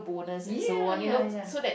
ya ya ya